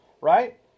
Right